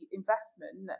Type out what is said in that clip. investment